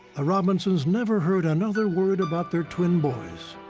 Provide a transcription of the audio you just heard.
robinsons never heard another word about their twin boys.